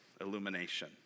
illumination